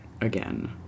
again